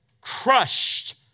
crushed